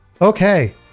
Okay